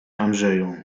andrzeju